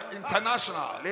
international